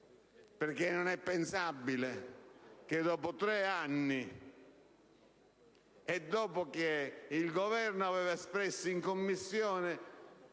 non è pensabile che dopo tre anni, e dopo che il Governo aveva espresso in Commissione,